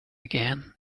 again